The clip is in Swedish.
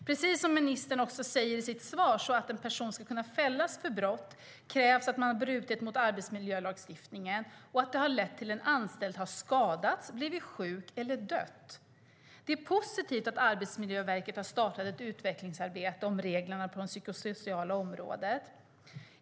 Precis som ministern säger i sitt svar krävs det att en person har brutit mot arbetsmiljölagstiftningen och att det har lett till att en anställd har skadats, blivit sjuk eller dött för att kunna fällas för brott. Det är positivt att Arbetsmiljöverket har startat ett utvecklingsarbete om reglerna på det psykosociala området.